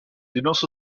dénonce